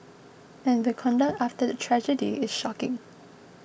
and the conduct after the tragedy is shocking